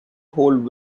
hold